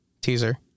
Teaser